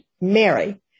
Mary